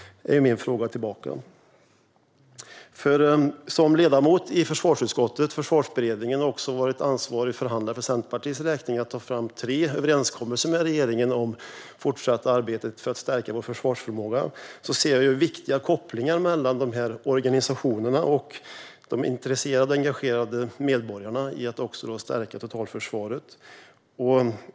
är min fråga tillbaka. Jag är ledamot i försvarsutskottet och Försvarsberedningen och har varit ansvarig förhandlare för Centerpartiets räkning i samband med att tre överenskommelser med regeringen har tagits fram om det fortsatta arbetet för att stärka vår försvarsförmåga. Jag ser viktiga kopplingar mellan dessa organisationer och de intresserade och engagerade medborgarna när det gäller att stärka totalförsvaret.